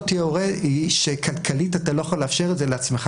תהיה הורה היא שכלכלית אתה לא יכול לאפשר את זה לעצמך,